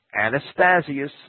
Anastasius